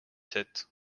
sept